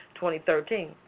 2013